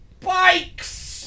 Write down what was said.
bikes